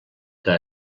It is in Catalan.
que